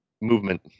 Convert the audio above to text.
movement